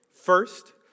First